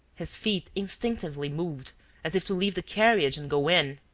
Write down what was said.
his feet instinctively moved as if to leave the carriage and go in.